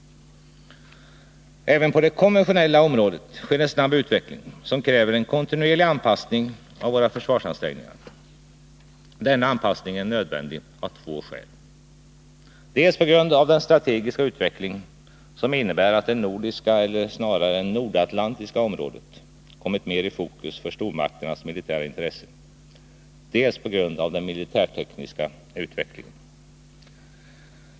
Även på det konventionella området sker en snabb utveckling som kräver en kontinuerlig anpassning av våra försvarsansträngningar. Denna anpassning är nödvändig av två skäl: dels på grund av den strategiska utveckling som innebär att det nordiska, eller snarare nordatlantiska, området kommit mer i fokus för stormakternas militära intresse, dels på grund av den militärtekniska utvecklingen.